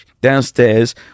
downstairs